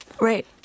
Right